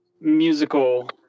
musical